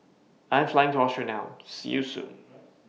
I Am Flying to Austria now See YOU Soon